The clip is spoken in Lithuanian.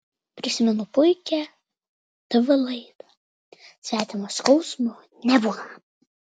prisimenu puikią tv laidą svetimo skausmo nebūna